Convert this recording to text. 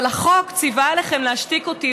אבל החוק ציווה עליכם להשתיק אותי,